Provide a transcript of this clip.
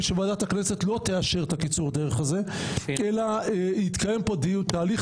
שוועדת הכנסת לא תאשר את קיצור הדרך הזה אלא יתקיים פה תהליך